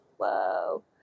whoa